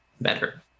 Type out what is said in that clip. better